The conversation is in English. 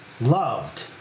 Loved